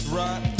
right